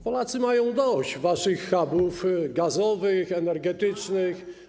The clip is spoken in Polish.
Polacy mają dość waszych hubów gazowych, energetycznych.